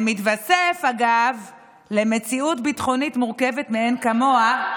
זה מתווסף למציאות ביטחונית מורכבת מאין כמוה,